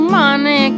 money